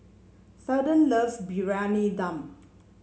Seldon loves Briyani Dum